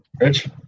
Rich